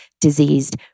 diseased